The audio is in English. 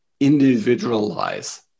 individualize